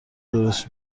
درست